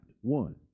one